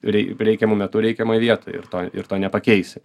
rei reikiamu metu reikiamoj vietoj ir to ir to nepakeisi